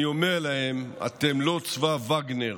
אני אומר להם: אתם לא צבא וגנר,